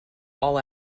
all